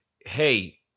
hey